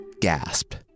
gasped